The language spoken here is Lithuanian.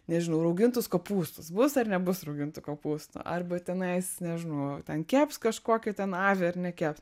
nežinau raugintus kopūstus bus ar nebus raugintų kopūstų arba tenais nežinau ten keps kažkokį ten avį ar nekeps